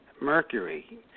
Mercury